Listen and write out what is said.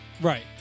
Right